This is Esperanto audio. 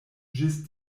ĝis